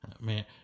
Man